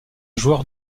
joueur